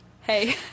Hey